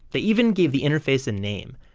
they even give the interface a name.